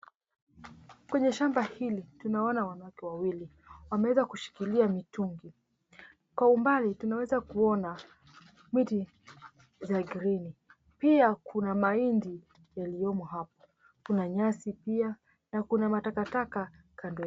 Kwenye shamba hili tunaona wanawake wawili wameweza kushikilia mitungi. Kwa umbali tunaweza kuona miti za green . Pia kuna mahindi yaliyomo hapo. Kuna nyasi pia na kuna matakataka kandoni.